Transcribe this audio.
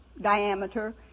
diameter